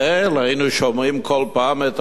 היינו שומעים כל פעם את הפסוק,